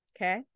Okay